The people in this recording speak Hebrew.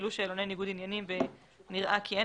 מילאו שאלוני ניגוד עניינים ונראה כי אין